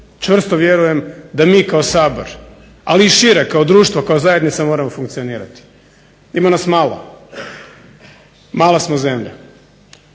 čvrsto vjerujem da mi kao Sabor, ali i šire kao društvo, kao zajednica moramo funkcionirati? Ima nas malo, mala smo zemlja.